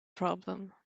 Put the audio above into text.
problem